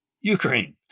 Ukraine